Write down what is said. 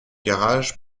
garage